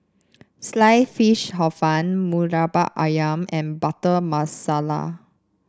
Sliced Fish Hor Fun Murtabak ayam and Butter Masala